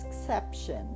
exception